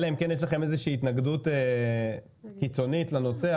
אלא אם כן יש לכם התנגדות קיצונית לנושא,